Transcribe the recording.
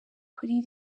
kuri